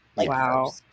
Wow